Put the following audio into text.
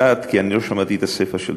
כי אני לא שמעתי את הסיפה של דברייך.